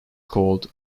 called